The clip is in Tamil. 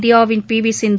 இந்தியாவின் பி வி சிந்து